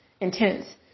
intense